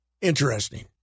interesting